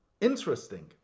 interesting